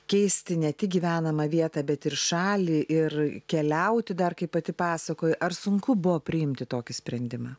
keisti ne tik gyvenamą vietą bet ir šalį ir keliauti dar kaip pati pasakoji ar sunku buvo priimti tokį sprendimą